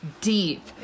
deep